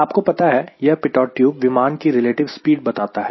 आपको पता है यह पीटोट ट्यूब विमान की रिलेटिव स्पीड बताता है